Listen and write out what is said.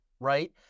right